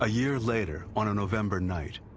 ah year later, on a november night,